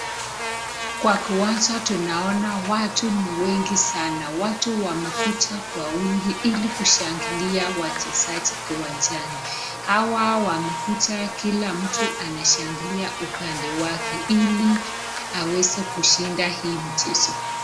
Kwa kiwanja tunaona watu ni wengi sana, watu wamekuja kwa wingi kushangilia wachezaji kiwanjani , hawa wamekuja kila mtu anashangilia upande wake hili aweze kushinda hii mchezo.